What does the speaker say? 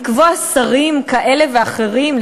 לקבוע שרים כאלה ואחרים,